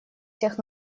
всех